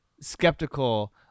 skeptical